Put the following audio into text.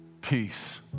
peace